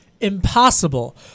Impossible